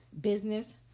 business